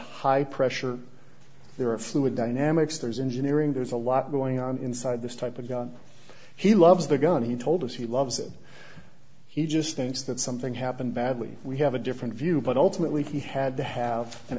high pressure there are fluid dynamics there's engineering there's a lot going on inside this type of gun he loves the gun he told us he loves it he just thinks that something happened badly we have a different view but ultimately he had to have an